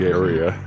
area